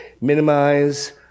minimize